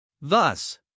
Thus